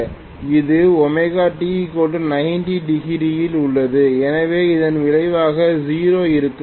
இது ωt90° இல் உள்ளது எனவே இதன் விளைவாக 0 இருக்கும்